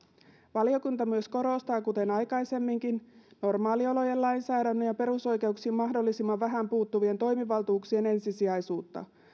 valiokunta myös korostaa kuten aikaisemminkin normaaliolojen lainsäädännön ja perusoikeuksiin mahdollisimman vähän puuttuvien toimivaltuuksien ensisijaisuutta